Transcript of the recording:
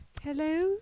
Hello